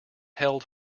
held